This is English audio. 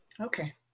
Okay